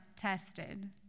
tested